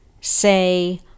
say